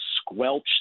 squelch